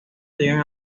llegan